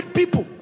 people